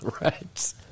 Right